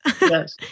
Yes